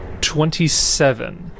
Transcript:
twenty-seven